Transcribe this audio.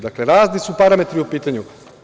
Dakle, razni su parametri u pitanju.